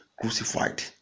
crucified